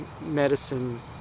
medicine